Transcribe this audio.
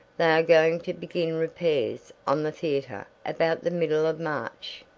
they are going to begin repairs on the theatre about the middle of march,